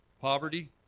poverty